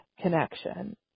connection